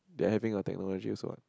they are having a technology also [what]